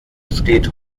steht